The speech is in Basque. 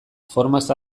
formaz